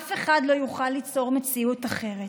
אף אחד לא יוכל ליצור מציאות אחרת.